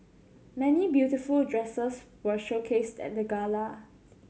many beautiful dresses were showcased at the gala